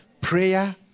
Prayer